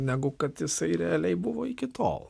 negu kad jisai realiai buvo iki tol